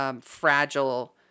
fragile